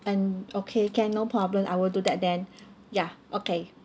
and okay can no problem I will do that then ya okay